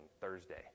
Thursday